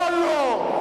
לא, לא.